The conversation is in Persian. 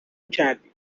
کردیم